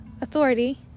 authority